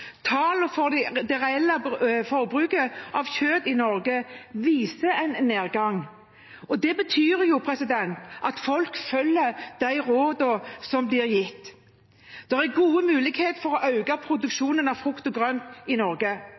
for det reelle forbruket av kjøtt i Norge viser en nedgang. Det betyr at folk følger de rådene som blir gitt. Det er gode muligheter for å øke produksjonen av frukt og grønt i Norge.